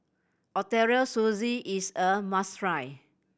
Ootoro Sushi is a must try